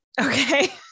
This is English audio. Okay